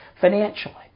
financially